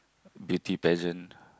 beauty pageant